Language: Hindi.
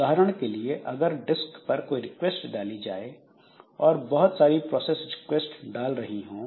उदाहरण के लिए अगर डिस्क पर कोई रिक्वेस्ट डाली जाए और बहुत सारी प्रोसेस रिक्वेस्ट डाल रही हों